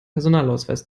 personalausweis